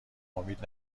امید